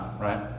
right